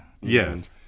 yes